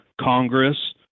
Congress